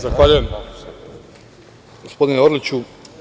Zahvaljujem, gospodine Orliću.